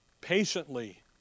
patiently